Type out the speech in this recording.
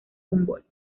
humboldt